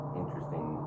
interesting